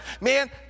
man